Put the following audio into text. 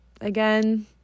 again